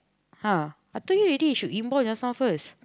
(huh) I told you already should inbound just now first